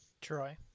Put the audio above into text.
Troy